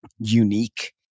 unique